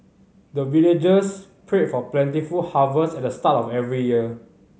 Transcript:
the villagers pray for plentiful harvest at the start of every year